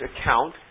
account